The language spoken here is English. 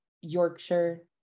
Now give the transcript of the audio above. yorkshire